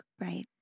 Right